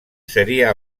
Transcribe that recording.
seria